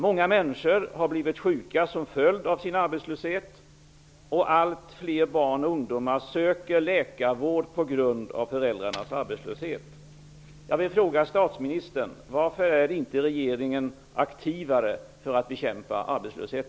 Många människor har blivit sjuka till följd av sin arbetslöshet, och allt fler barn och ungdomar söker läkarvård på grund av föräldrarnas arbetslöshet.